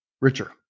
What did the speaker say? richer